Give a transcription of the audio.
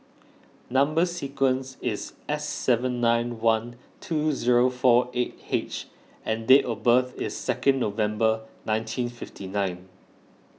Number Sequence is S seven nine one two zero four eight H and date of birth is second November nineteen fifty nine